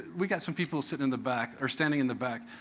we've got some people sitting in the back or standing in the back.